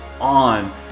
on